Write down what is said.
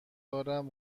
دارم